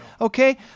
okay